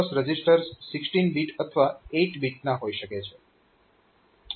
general purpose registers 16 bit અથવા 8 બીટના હોઈ શકે છે